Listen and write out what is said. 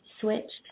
switched